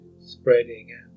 spreading